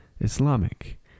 Islamic